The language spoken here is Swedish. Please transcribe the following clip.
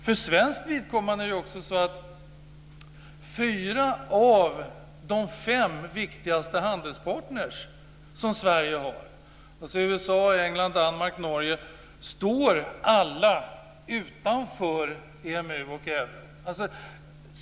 För svenskt vidkommande är det också så att fyra av de fem viktigaste handelspartner som Sverige har - USA, England, Danmark, Norge - står alla utanför EMU och euro.